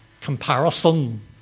comparison